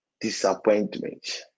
disappointment